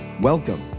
Welcome